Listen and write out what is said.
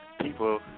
People